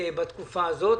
בתקופה הזאת.